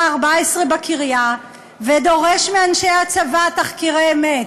ה-14 בקריה ודורש מאנשי הצבא תחקירי אמת?